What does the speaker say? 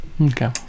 Okay